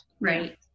Right